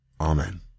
Amen